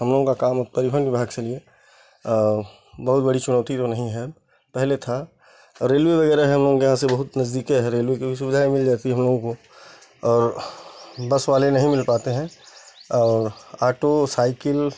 हम लोगों का काम अब परिवहन विभाग से लिए बहुत बड़ी चुनौती तो नहीं है पहले था रेलवे वगैरह हैं हम लोगों के यहाँ से बहुत नज़दीके है रेलवे की भी सुविधाऍं मिल जाती हम लोगों को और बस वाले नहीं मिल पाते हैं और ऑटो साइकिल